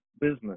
business